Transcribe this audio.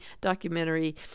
documentary